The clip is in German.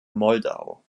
moldau